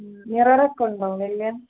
നിററ കൊണ്ട്ണ്ടോ എല്